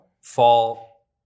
fall